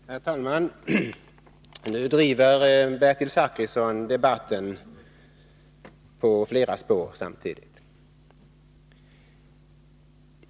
Herr talman! Nu driver Bertil Zachrisson debatten på flera spår samtidigt.